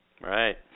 Right